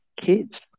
kids